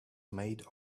made